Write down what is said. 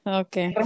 okay